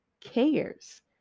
cares